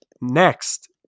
Next